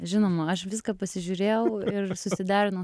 žinoma aš viską pasižiūrėjau ir susiderinau